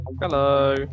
hello